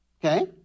Okay